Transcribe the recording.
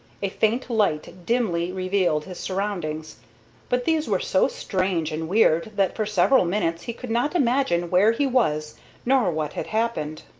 a faint light dimly revealed his surroundings but these were so strange and weird that for several minutes he could not imagine where he was nor what had happened.